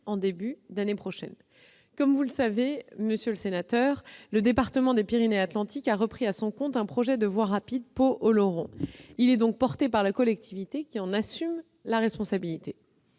en début d'année prochaine. Comme vous le savez, monsieur le sénateur, le département des Pyrénées-Atlantiques a repris à son compte un projet de voie rapide Pau-Oloron. Il est donc porté par la collectivité, qui en assume la responsabilité.